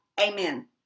amen